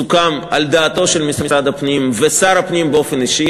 סוכם על דעת משרד הפנים ושר הפנים באופן אישי.